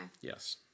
Yes